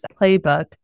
Playbook